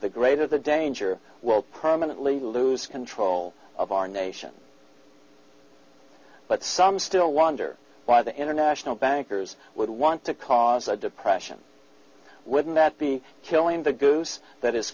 the greater the danger will permanently lose control of our nation but some still wonder why the international bankers would want to cause a depression wouldn't that be killing the goose that is